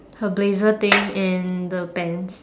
her blazer thing and the pants